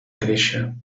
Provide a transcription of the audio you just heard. créixer